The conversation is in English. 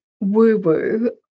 woo-woo